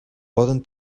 poden